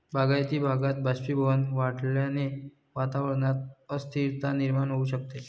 बागायती भागात बाष्पीभवन वाढल्याने वातावरणात अस्थिरता निर्माण होऊ शकते